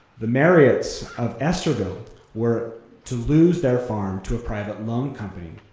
the merriotts of estherville were to lose their farm to a private loan company.